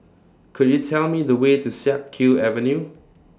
Could YOU Tell Me The Way to Siak Kew Avenue